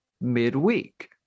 midweek